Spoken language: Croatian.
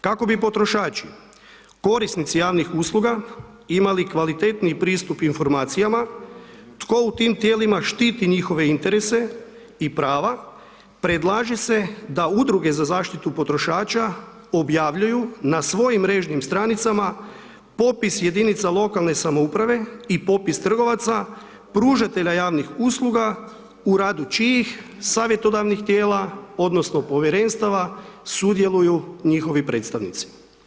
Kako bi potrošači, korisnici javnih usluga, imaju kvalitetniji pristup informacija, tko u tim tijelima štiti njihove interese i prava, predlaže se da udruge za zaštitu potrošača, objavljuju na svojim mrežnim stranicama, potpis jedinice lokalne samouprave i popis trgovaca, pružatelja javnih usluga, u radu čijih savjetodavnih tijela, odnosno, povjerenstava, sudjeluju njihovi predstavnici.